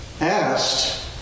asked